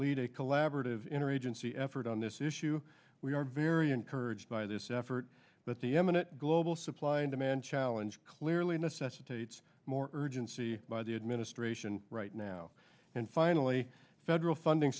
lead a collaborative interagency effort on this issue we are very encouraged by this effort but the eminent global supply and demand challenge clearly necessitates more urgency by the administration right now and finally federal funding